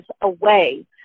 away